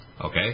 Okay